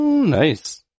Nice